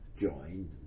joined